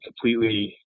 completely